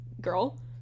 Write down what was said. girl